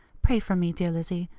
pray for me, dear lizzie,